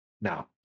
now